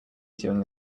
doing